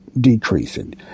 decreasing